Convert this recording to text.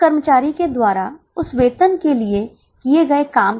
2 शिक्षकों के लिए 200 प्रति शिक्षक